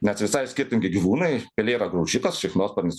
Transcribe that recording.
nes visai skirtingi gyvūnai pelė yra graužikas šikšnosparnis